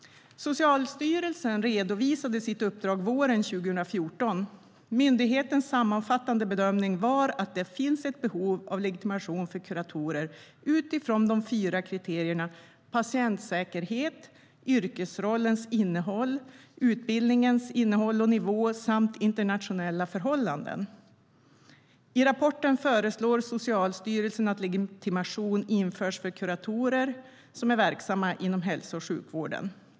Socialstyrelsen redovisade sitt uppdrag våren 2014, och myndighetens sammanfattande bedömning var att det finns ett behov av legitimation för kuratorer utifrån de fyra kriterierna patientsäkerhet, yrkesrollens innehåll, utbildningens innehåll och nivå samt internationella förhållanden. I rapporten föreslår Socialstyrelsen att legitimation införs för kuratorer som är verksamma inom hälso och sjukvården.